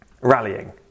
rallying